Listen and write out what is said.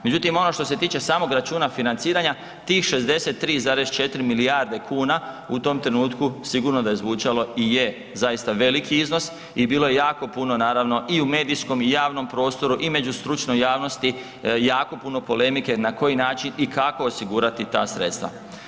Međutim, ono što se tiče samog računa financiranja, tih 63,4 milijarde kuna u tom trenutku sigurno da je zvučalo i je zaista veliki iznos i bilo je jako puno naravno i u medijskom i u javnom prostoru i među stručnoj javnosti jako puno polemike na koji način i kako osigurati ta sredstva.